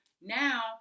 now